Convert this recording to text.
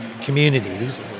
communities